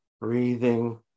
breathing